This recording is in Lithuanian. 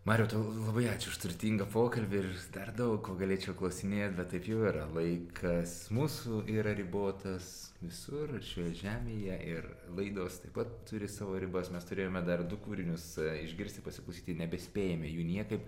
mariau tau labai ačiū už turtingą pokalbį ir dar daug ko galėčiau klausinėt bet taip jau yra laikas mūsų yra ribotas visur šioje žemėje ir laidos taip pat turi savo ribas mes turėjome dar du kūrinius išgirsti pasiklausyti nebespėjame jų niekaip